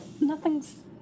nothing's